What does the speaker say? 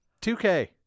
2K